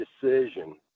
decision